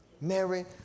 Mary